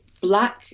black